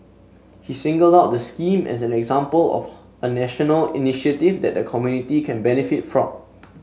he singled out the scheme as an example of a national initiative that the community can benefit from